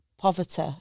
poverty